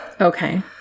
Okay